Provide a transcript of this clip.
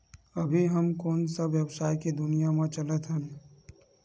अभी हम ह कोन सा व्यवसाय के दुनिया म चलत हन?